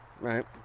right